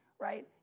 right